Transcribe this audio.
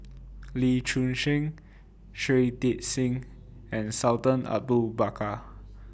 Lee Choon Seng Shui Tit Sing and Sultan Abu Bakar